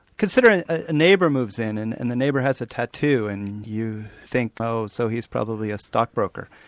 consider, a a neighbour moves in, and and the neighbour has a tattoo, and you think oh, so he's probably a stockbroker',